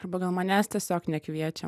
arba gal manęs tiesiog nekviečia